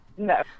No